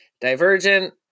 Divergent